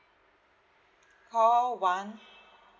call one